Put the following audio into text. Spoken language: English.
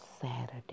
Saturday